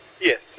Yes